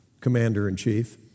commander-in-chief